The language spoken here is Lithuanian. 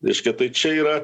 reiškia tai čia yra